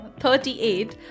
38